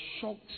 shocked